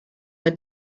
the